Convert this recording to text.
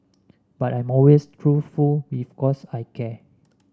but I'm always truthful because I care